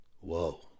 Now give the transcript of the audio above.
Whoa